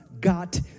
got